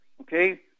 Okay